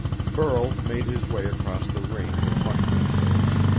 burl made his way across the range of mushroom hills,